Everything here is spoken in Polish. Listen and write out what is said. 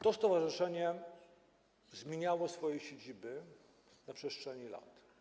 To stowarzyszenie zmieniało swoje siedziby na przestrzeni lat.